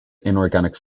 inorganic